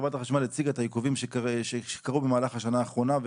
חברת החשמל הציגה את העיכובים שקרו במהלך השנה האחרונה.